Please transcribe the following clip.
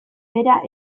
bera